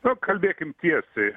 nu kalbėkim tiesiai